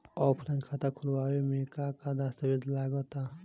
Offline खाता खुलावे म का का दस्तावेज लगा ता?